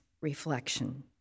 reflection